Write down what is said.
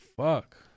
fuck